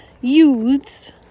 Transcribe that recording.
youths